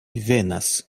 venas